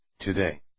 Today